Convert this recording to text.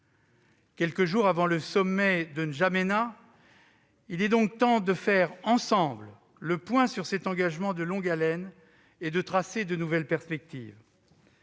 Quelques jours avant le sommet de N'Djamena, il est donc temps de faire ensemble le point sur cet engagement de longue haleine et de tracer de nouvelles perspectives.